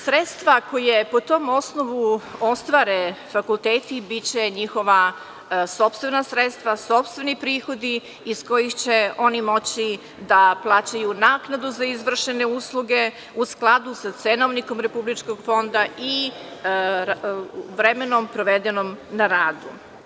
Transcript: Sredstva koja po tom osnovu ostvare fakulteti, biće njihova sopstvena sredstva, sopstveni prihodi iz kojih će oni moći da plaćaju naknadu za izvršene usluge u skladu sa cenovnikom Republičkog fonda i vremenom provedenim na radu.